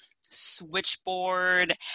switchboard